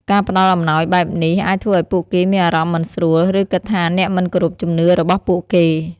ការផ្តល់អំណោយបែបនេះ អាចធ្វើឲ្យពួកគេមានអារម្មណ៍មិនស្រួល ឬគិតថាអ្នកមិនគោរពជំនឿរបស់ពួកគេ។